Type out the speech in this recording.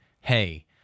hey